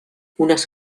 unes